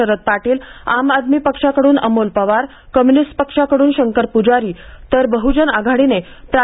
शरद पाटील आम आदमी पक्षाकडून अमोल पवार कम्युनिस्ट पक्षाकडून शंकर पुजारी तर बहुजन आघाडीने प्रा